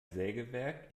sägewerk